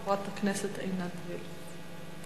חברת הכנסת עינת וילף.